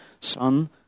son